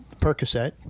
Percocet